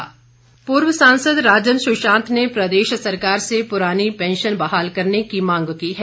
राजन सुशांत पूर्व सांसद राजन सुशांत ने प्रदेश सरकार से पुरानी पेंशन बहाल करने की मांग की है